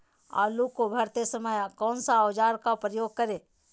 आलू को भरते समय कौन सा औजार का प्रयोग करें?